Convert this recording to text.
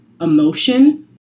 emotion